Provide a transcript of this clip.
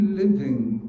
living